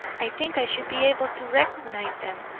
i think i should be able to recognise them,